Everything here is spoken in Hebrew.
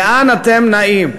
לאן אתם נעים,